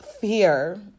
fear